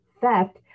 theft